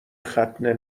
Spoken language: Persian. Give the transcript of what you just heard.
ختنه